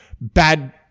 bad